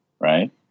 right